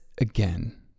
again